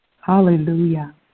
Hallelujah